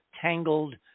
tangled